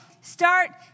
Start